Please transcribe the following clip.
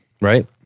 Right